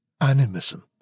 Animism